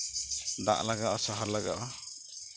ᱫᱟᱜ ᱞᱟᱜᱟᱜᱼᱟ ᱥᱟᱨ ᱞᱟᱜᱟᱜᱼᱟ